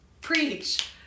preach